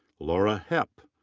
laura hepp.